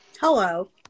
Hello